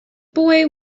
boy